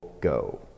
go